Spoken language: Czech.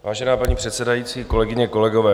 Vážená paní předsedající, kolegyně, kolegové.